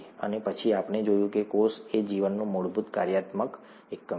અને પછી આપણે જોયું કે કોષ એ જીવનનું મૂળભૂત કાર્યાત્મક એકમ છે